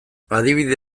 adibide